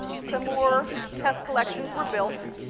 some more test collections were built.